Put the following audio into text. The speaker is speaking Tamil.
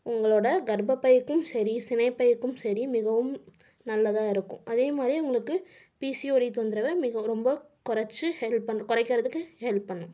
உங்களோட கர்ப்பப்பைக்கும் சரி சினைப்பைக்கும் சரி மிகவும் நல்லதாக இருக்கும் அதேமாதிரி உங்களுக்கு பிசிஓடி தொந்தரவை மிக ரொம்ப கொறைச்சி ஹெல்ப் பண்ணும் குறைக்கறதுக்கு ஹெல்ப் பண்ணும்